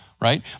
right